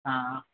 हाँ हाँ